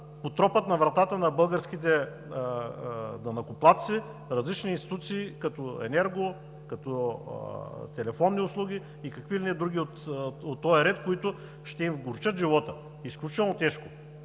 потропат на вратата на българските данъкоплатци различни институции, като енерго, като телефонни услуги и какви ли не други от този ред, които ще им вгорчат живота изключително тежко